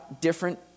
different